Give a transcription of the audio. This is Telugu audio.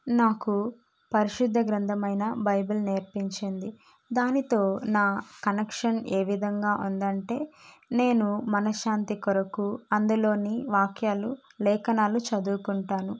నాకు పరిశుద్ధ గ్రంథమైన బైబిల్ నేర్పించింది దానితో నా కనెక్షన్ ఏ విధంగా ఉంది అంటే నేను మనశ్శాంతి కొరకు అందులోని వాక్యాలు లేఖనాలు చదువుకుంటాను